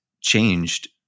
changed